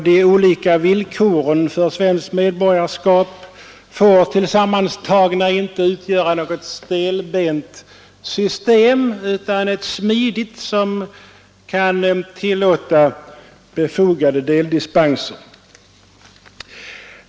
De olika villkoren för svenskt medborgarskap skall tillsammantagna inte utgöra något stelbent system utan ett smidigt sådant som kan tillåta befogade deldispenser.